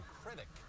critic